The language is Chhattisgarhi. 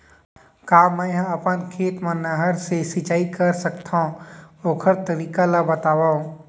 का मै ह अपन खेत मा नहर से सिंचाई कर सकथो, ओखर तरीका ला बतावव?